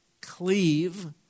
cleave